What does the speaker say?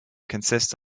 consists